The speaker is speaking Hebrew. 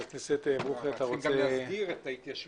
חבר הכנסת ברוכי, אתה רוצה להתייחס?